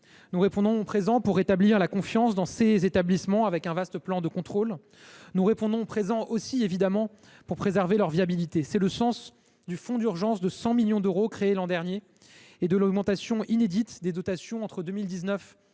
Nous répondons présent pour rétablir la confiance dans ces établissements, avec un vaste plan de contrôle. Nous répondons présent aussi, évidemment, pour préserver leur viabilité. Tel est le sens du fonds d’urgence de 100 millions d’euros créé l’an dernier, ainsi que de l’augmentation inédite des dotations entre 2019 et 2023,